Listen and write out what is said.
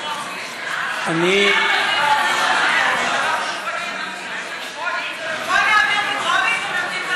אני, בוא נעביר בטרומית ונמתין חצי שנה.